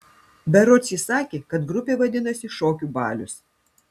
berods ji sakė kad grupė vadinasi šokių balius